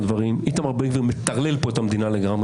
איתמר בן גביר מטרלל פה את המדינה לגמרי,